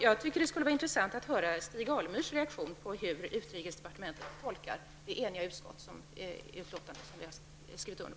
Jag tycker att det skulle vara intressant att få höra Stig Alemyrs reaktion på hur utrikesdepartementet tolkar det utlåtande som ett enigt utskott har skrivit under.